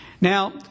Now